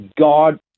God